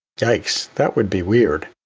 yikes! that would be weird.